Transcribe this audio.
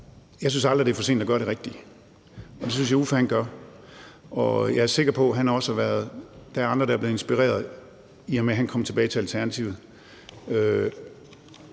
Jeg synes aldrig, det er for sent at gøre det rigtige, og det synes jeg Uffe gør. Og jeg er sikker på, der også er andre, der er blevet inspireret, i og med at han er kommet tilbage til Alternativet.